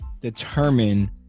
determine